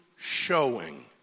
showing